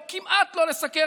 או כמעט לא לסקר,